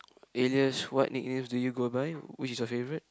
alias what nicknames do you go by which is your favourite